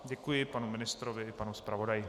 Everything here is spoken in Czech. Děkuji panu ministrovi i panu zpravodaji.